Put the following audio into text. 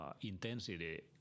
intensity